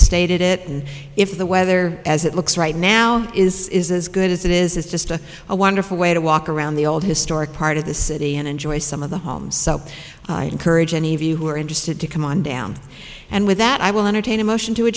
reinstated it and if the weather as it looks right now is is as good as it is is just a wonderful way to walk around the old historic part of the city and enjoy some of the homes so i encourage any of you who are interested to come on down and with that i will entertain a motion to a